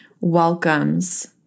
welcomes